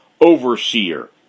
overseer